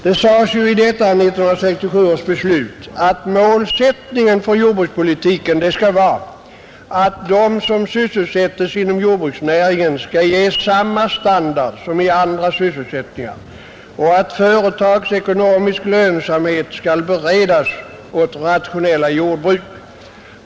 Det sades ju i 1967 års beslut att målsättningen för jordbrukspolitiken skall vara att de som sysselsättes inom jordbruksnäringen skall ges samma standard som i andra sysselsättningar och att företagsekonomisk lönsamhet skall beredas åt rationella jordbruk.